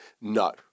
No